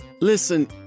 Listen